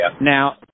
Now